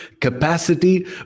capacity